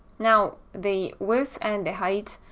now the width, and the height,